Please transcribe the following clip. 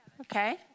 Okay